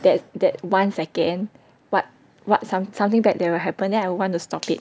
that that one second what what some~ something back there will happen then I want to stop it